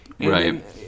Right